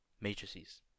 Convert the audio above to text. matrices